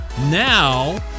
Now